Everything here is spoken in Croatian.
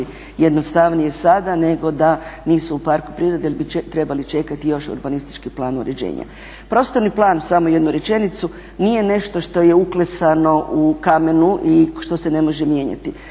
jednostavnije sada nego da nisu u parku prirode jer bi trebali čekati još urbanistički plan uređenja. Prostorni plan, samo jednu rečenicu, nije nešto što je uklesano u kamenu i što se ne može mijenjati.